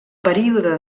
període